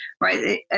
right